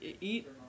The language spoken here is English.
eat